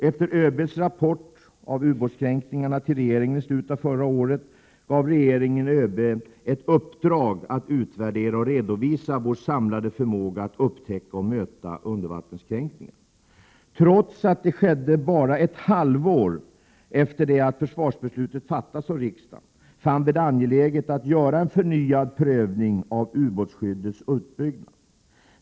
Efter ÖB:s rapport av ubåtskränkningarna till regeringen i slutet av förra året gav regeringen ÖB ett uppdrag att utvärdera och redovisa vår samlade förmåga att upptäcka och möta undervattenskränkningar. Trots att det skedde bara ett halvår efter det att försvarsbeslutet fattats av riksdagen, fann vi det angeläget att göra en förnyad prövning av ubåtsskyddets utbyggnad.